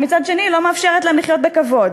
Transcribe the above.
ומצד שני היא לא מאפשרת להם לחיות בכבוד,